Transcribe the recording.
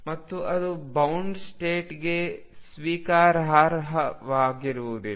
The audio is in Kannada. ಮತ್ತು ಅದು ಬೌಂಡ್ ಸ್ಟೇಟ್ಗೆ ಸ್ವೀಕಾರಾರ್ಹವಲ್ಲ